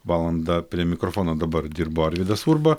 valandą prie mikrofono dabar dirbo arvydas urba